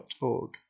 org